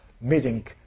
meeting